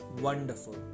wonderful